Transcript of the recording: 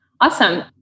Awesome